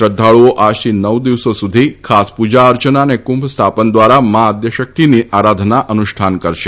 શ્રદ્ધાળુઓ આજથી નવ દિવસ સુધી ખાસ પૂજા અર્ચના અને કુંભ સ્થાપન દ્વારા મા આદ્યશક્તિની આરાધના અનુષ્ઠાન કરશે